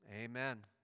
Amen